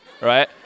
right